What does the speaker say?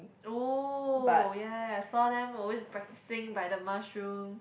oh ya ya I saw them always practicing by the mushroom